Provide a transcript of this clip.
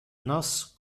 nos